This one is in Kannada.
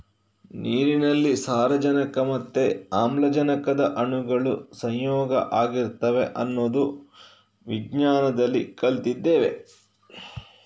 ನೀರಿನಲ್ಲಿ ಸಾರಜನಕ ಮತ್ತೆ ಆಮ್ಲಜನಕದ ಅಣುಗಳು ಸಂಯೋಗ ಆಗಿರ್ತವೆ ಅನ್ನೋದು ವಿಜ್ಞಾನದಲ್ಲಿ ಕಲ್ತಿದ್ದೇವೆ